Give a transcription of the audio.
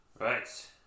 right